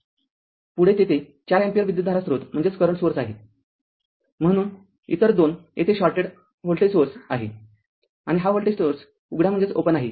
पुढे तेथे ४ अँपिअर विद्युतधारा स्रोत आहेपरंतु इतर २ येथे शॉर्टेड व्होल्टेज स्रोत आहे आणि हा विद्युतधारा स्रोत उघडा आहे